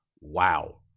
wow